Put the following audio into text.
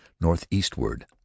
northeastward